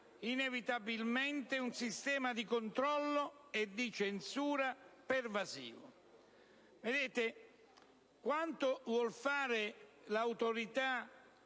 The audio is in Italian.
inevitabilmente un sistema di controllo e di censura pervasivo. Quanto vuole fare l'Autorità